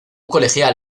colegial